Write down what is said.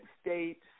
States